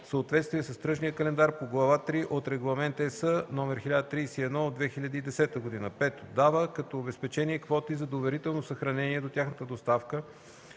съответствие с тръжния календар по Глава ІІІ от Регламент (ЕС) № 1031/2010; 5. дава като обезпечение квоти за доверително съхранение до тяхната доставка